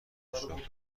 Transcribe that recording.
خواهرش